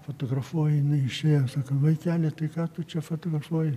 fotografuoju jinai išėjo sako vaikeli tai ką tu čia fotografuoji